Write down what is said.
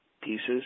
pieces